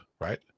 right